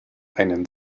einen